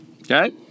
Okay